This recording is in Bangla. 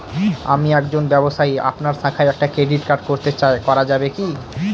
আমি একজন ব্যবসায়ী আপনার শাখায় একটি ক্রেডিট কার্ড করতে চাই করা যাবে কি?